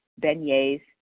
beignets